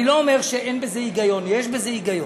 אני לא אומר שאין בזה היגיון, יש בזה היגיון,